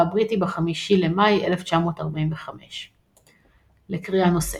הבריטי ב-5 במאי 1945. לקריאה נוספת